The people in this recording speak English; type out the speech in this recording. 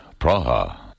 Praha